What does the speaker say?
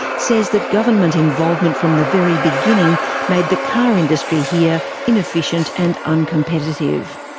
says that government involvement from the very beginning made the car industry here inefficient and uncompetitive.